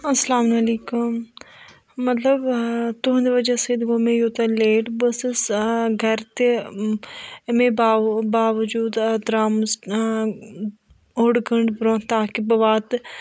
اَلسلامُ علیکُم مطلب تُہٕنٛدِ وجہ سۭتۍ گوٚو مےٚ یوٗتاہ لیٹ بہٕ ٲسٕس گَرِ تہِ اَمے باوو باوجوٗد درٛامٕژ اوٚڑ گٲنٛٹہٕ برٛونٛہہ تاکہِ بہٕ واتہٕ